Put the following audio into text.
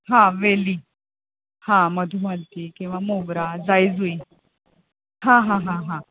हां वेली हां मधुमालती किंवा मोगरा जाई जुई हां हां हां हां